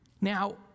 Now